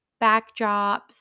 backdrops